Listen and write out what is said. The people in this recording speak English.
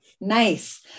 Nice